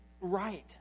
right